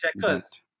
Checkers